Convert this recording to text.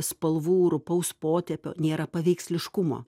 spalvų rupaus potėpio nėra paveiksliškumo